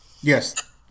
Yes